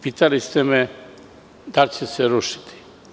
Pitali ste me - kad će se rušiti?